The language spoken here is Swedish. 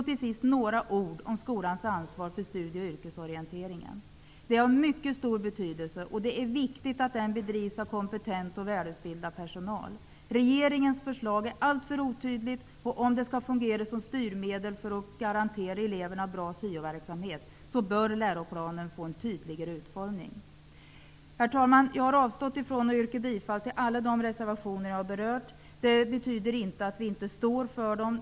Till sist några ord om skolans ansvar för studie och yrkesorienteringen. Den är av mycket stor betydelse, och det är viktigt att den bedrivs av kompetent och välutbildad personal. Regeringens förslag är alltför otydligt. Om det skall fungera som styrmedel för att garantera eleverna bra syoverksamhet bör läroplanen få en tydligare utformning. Herr talman! Jag har avstått från att yrka bifall till alla de reservationer jag har berört. Det betyder inte att vi inte står för dem.